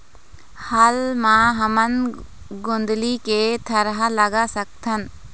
हाल मा हमन गोंदली के थरहा लगा सकतहन?